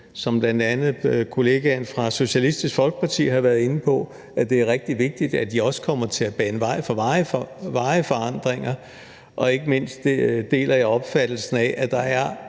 som bl.a. kollegaen fra Socialistisk Folkeparti har været inde på, at det er rigtig vigtigt, at de også kommer til at bane vej for varige forandringer. Og ikke mindst deler jeg opfattelsen af, at der er